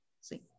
see